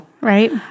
Right